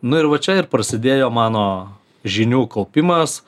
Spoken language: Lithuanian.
nu ir va čia ir prasidėjo mano žinių kaupimas